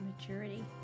maturity